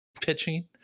pitching